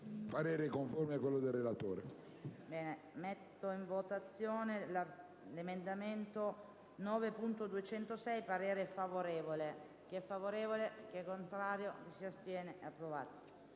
parere è conforme a quello del relatore.